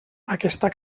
aquesta